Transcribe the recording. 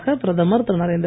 முன்னதாக பிரதமர் திரு